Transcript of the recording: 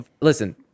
listen